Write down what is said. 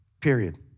period